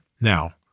Now